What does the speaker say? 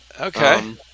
Okay